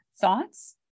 thoughts